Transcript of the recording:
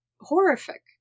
horrific